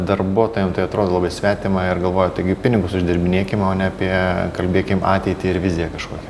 darbuotojam tai atrodo labai svetima ir galvoja taigi pinigus uždirbinėkim o ne apie kalbėkim ateitį ir viziją kažkokią